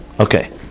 Okay